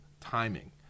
timing